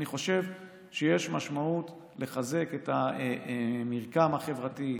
אני חושב שיש משמעות לחזק את המרקם החברתי,